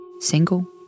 single